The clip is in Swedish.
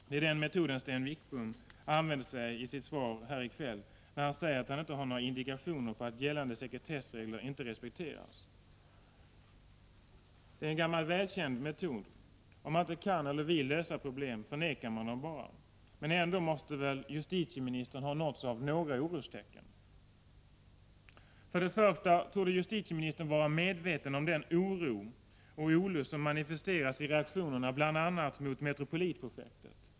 Det är den metoden Sten Wickbom använder sig av i sitt svar här i kväll, när han säger att han inte har några indikationer på att gällande sekretessregler inte respekteras. Det är en gammal välkänd metod, om man inte kan eller vill lösa problem, förnekar man dem bara. Ändå måste väl justitieministern ha nåtts av några orostecken. För det första torde justitieministern vara medveten om den oro och olust som manifesteras i reaktionerna bl.a. mot Metropolitprojektet.